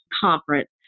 conference